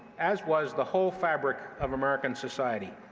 as was the whole fabric of american society.